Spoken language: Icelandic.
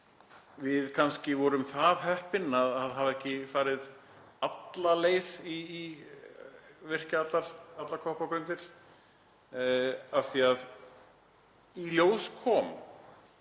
Við kannski vorum heppin að hafa ekki farið alla leið og virkjað allar koppagrundir af því að í ljós komu